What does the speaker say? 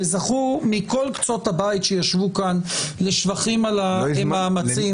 וזכו מכל קצות הבית שישבו כאן לשבחים על המאמצים